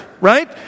right